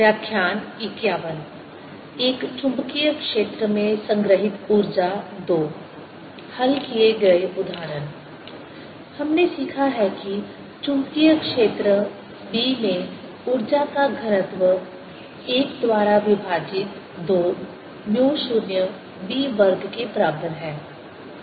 व्याख्यान 51 एक चुंबकीय क्षेत्र में संग्रहीत ऊर्जा II हल किए गए उदाहरण हमने सीखा है कि चुंबकीय क्षेत्र B में ऊर्जा का घनत्व 1 द्वारा विभाजित 2 म्यू 0 B वर्ग के बराबर है